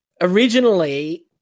originally